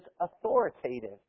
authoritative